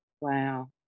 Wow